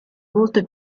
molto